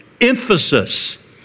emphasis